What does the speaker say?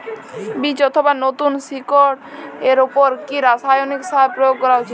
বীজ অথবা নতুন শিকড় এর উপর কি রাসায়ানিক সার প্রয়োগ করা উচিৎ?